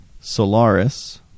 Solaris